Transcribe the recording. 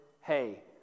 Hey